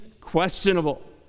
questionable